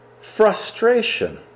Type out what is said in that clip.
frustration